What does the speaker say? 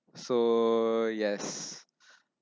so yes